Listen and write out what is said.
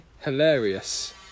hilarious